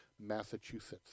Massachusetts